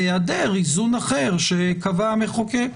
בהיעדר איזון אחר שקבע המחוקק,